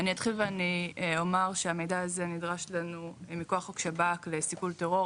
אני אתחיל ואומר שהמידע הזה נדרש לנו מכוח חוק שב"כ לסיכול טרור,